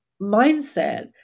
mindset